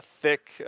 thick